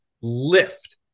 lift